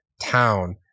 town